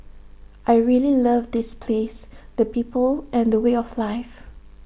I really love this place the people and the way of life